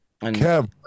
Kev